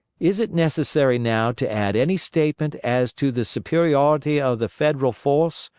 is it necessary now to add any statement as to the superiority of the federal force,